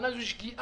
בעיני זו שגיאה,